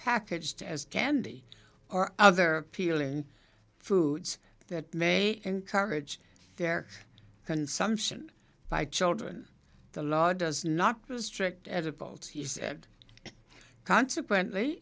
packaged as candy or other feeling foods that may encourage their consumption by children the law does not restrict oedipal to he said consequently